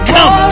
Come